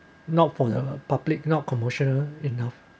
not for the public not commercial enough